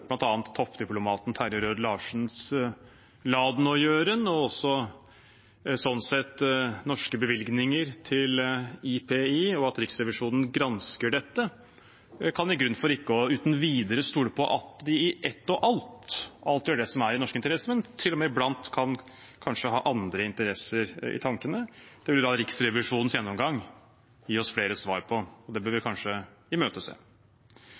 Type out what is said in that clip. toppdiplomaten Terje Rød-Larsens gjøren og laden og også sånn sett norske bevilgninger til IPI, International Peace Institute. At Riksrevisjonen gransker dette, kan være grunn til ikke uten videre å stole på at de i ett og alt alltid gjør det som er i norske interesser, men til og med iblant kanskje kan ha andre interesser i tankene. Det vil Riksrevisjonens gjennomgang gi oss flere svar på, og det bør vi kanskje imøtese.